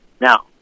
now